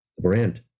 brand